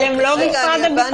אבל הם לא משרד הביטחון.